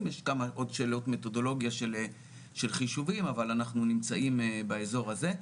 יש עוד שאלות מתודולוגיה של חישובים אבל אנחנו נמצאים באזור הזה.